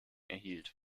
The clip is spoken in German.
erhielt